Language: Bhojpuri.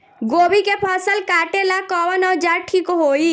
गोभी के फसल काटेला कवन औजार ठीक होई?